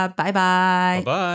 Bye-bye